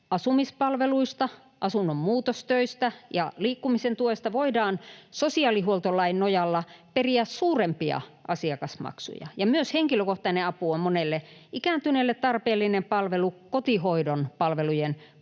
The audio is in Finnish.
Asumispalveluista, asunnon muutostöistä ja liikkumisen tuesta voidaan sosiaalihuoltolain nojalla periä suurempia asiakasmaksuja, ja myös henkilökohtainen apu on monelle ikääntyneelle tarpeellinen palvelu kotihoidon palvelujen